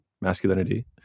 masculinity